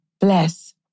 bless